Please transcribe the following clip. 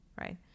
right